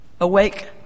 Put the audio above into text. awake